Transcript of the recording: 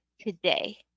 today